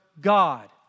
God